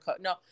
no